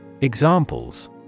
Examples